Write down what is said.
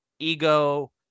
ego